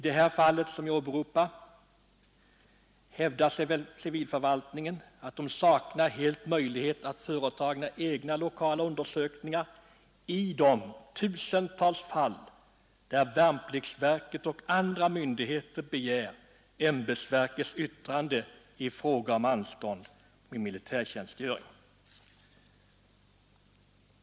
Civilförvaltningen hävdar att den helt saknar möjlighet att företa egna lokala undersökningar i de tusentals fall där värnpliktsverket och andra myndigheter begär ämbetsverkets yttrande i fråga om anstånd med militär tjänstgöring.